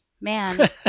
Man